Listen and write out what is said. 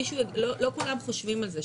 לא כולם חושבים על זה,